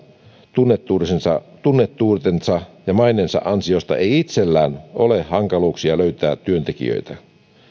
tunnettuutensa tunnettuutensa ja maineensa ansiosta ei itsellään ole hankaluuksia löytää työntekijöitä